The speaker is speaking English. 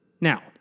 Now